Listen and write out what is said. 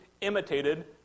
imitated